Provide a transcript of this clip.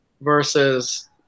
versus